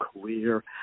career